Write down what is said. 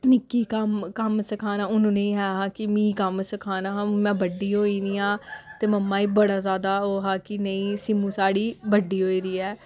निक्की कम्म कम्म सखाना हून उ'नेंगी ऐ हा कि मीं कम्म सखाना हा में बड्डी होई नि आं ते मम्मा ई बड़ा ज्यादा ओह् हा कि नेईं सीम्मू साढ़ी बड्डी होई दी ऐ ते